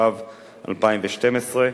התשע"ב 2012,